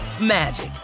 magic